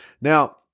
Now